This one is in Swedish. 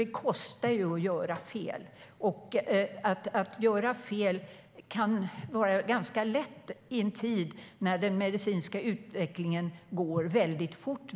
Det kostar att göra fel. Att göra fel är ganska lätt i en tid när den medicinska utvecklingen går väldigt fort.